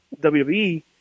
WWE